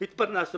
התפרסנו.